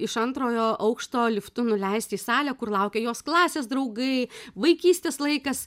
iš antrojo aukšto liftu nuleist į salę kur laukė jos klasės draugai vaikystės laikas